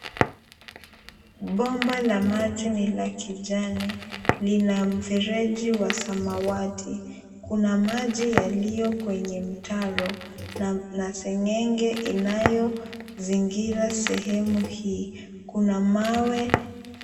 Bomba la maji ni la kijani lina mfereji wa samawati kuna maji yaliyo kwenye mtaro na segenge inayozingira sehemu hii, kuna mawe.